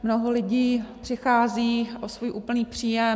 Mnoho lidí přichází o svůj úplný příjem.